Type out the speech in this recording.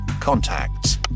contacts